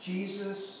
Jesus